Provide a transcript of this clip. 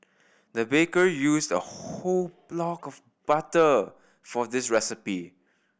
the baker used a whole block of butter for this recipe